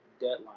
deadline